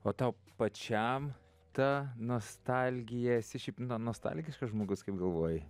o tau pačiam ta nostalgija esi šiaip nostalgiškas žmogus kaip galvoji